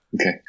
Okay